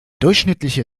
durchschnittliche